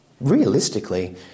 Realistically